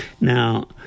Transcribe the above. Now